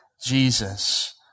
Jesus